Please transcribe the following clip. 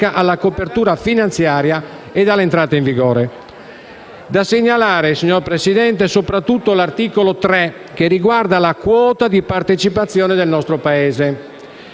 alla copertura finanziaria e all'entrata in vigore. Da segnalare, signor Presidente, soprattutto l'articolo 3, che riguarda la quota di partecipazione del nostro Paese.